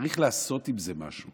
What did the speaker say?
צריך לעשות עם זה משהו.